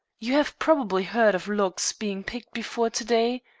you have probably heard of locks being picked before to-day.